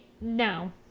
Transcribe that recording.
no